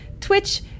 Twitch